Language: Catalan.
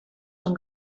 són